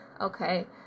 okay